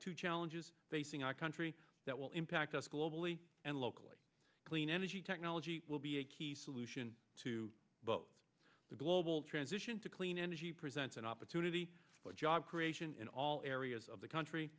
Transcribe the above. two challenges facing our country that will impact us globally and locally clean energy technology will be a key solution to the global transition to clean energy presents an opportunity for job creation in all areas of the country